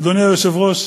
אדוני היושב-ראש,